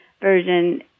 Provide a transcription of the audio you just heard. version